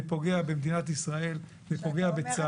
זה פוגע במדינת ישראל, זה פוגע בצה"ל.